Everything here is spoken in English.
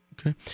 Okay